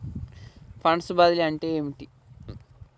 Funds బదిలీ అంటే ఏమిటి?